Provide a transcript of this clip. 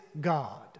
God